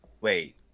wait